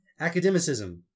Academicism